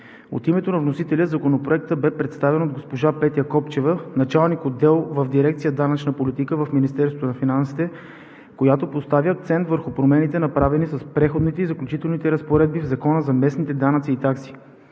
От името на вносителя Законопроектът бе представен от госпожа Петя Копчева – началник-отдел в дирекция „Данъчна политика“ в Министерството на финансите, която постави акцент върху промените, направени с Преходните и заключителните разпоредби в Закона за местните данъци и такси.